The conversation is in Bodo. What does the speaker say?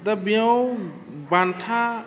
दा बेयाव बान्था